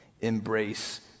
Embrace